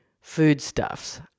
foodstuffs